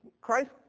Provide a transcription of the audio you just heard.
Christ